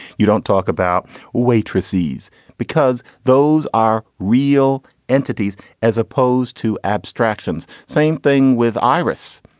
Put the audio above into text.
you don't talk about waitresses because those are real entities as opposed to abstractions. same thing with iris.